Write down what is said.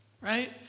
right